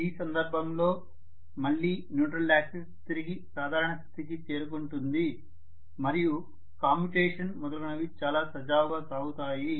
ఈ సందర్భంలో మళ్ళీ న్యూట్రల్ యాక్సిస్ తిరిగి సాధారణ స్థితికి చేరుకుంటుంది మరియు కమ్యుటేషన్ మొదలగునవి చాలా సజావుగా సాగుతాయి